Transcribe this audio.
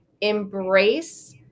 embrace